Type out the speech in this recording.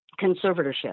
conservatorship